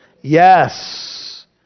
yes